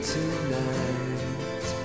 Tonight